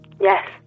Yes